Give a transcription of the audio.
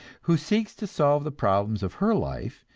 who seeks to solve the problems of her life,